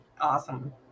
Awesome